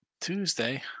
Tuesday